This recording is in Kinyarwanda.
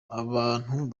abantu